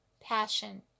passion